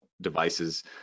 devices